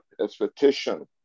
expectation